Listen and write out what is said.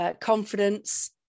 Confidence